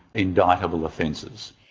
indictable offences.